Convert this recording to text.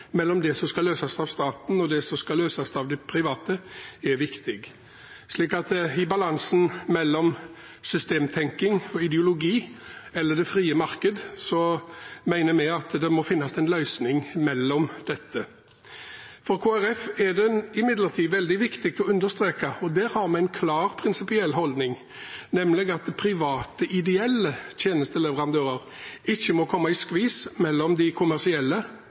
mellom det som skal løses av staten, og det som skal løses av det private, er viktig. I balansen mellom systemtenkning, ideologi og det frie markedet mener vi at det må finnes en løsning mellom disse. For Kristelig Folkeparti er det imidlertid veldig viktig å understreke – og her har vi en klar prinsipiell holdning – at private ideelle tjenesteleverandører ikke må komme i skvis mellom de kommersielle